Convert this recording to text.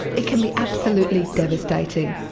it can be absolutely devastating.